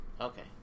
Okay